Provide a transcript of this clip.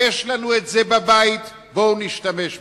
יש לנו את זה בבית, בואו נשתמש בזה.